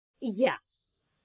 Yes